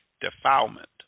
Defilement